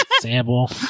Sample